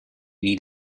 need